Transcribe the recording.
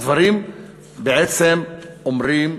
הדברים בעצם אומרים,